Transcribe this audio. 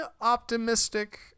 optimistic